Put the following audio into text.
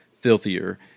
filthier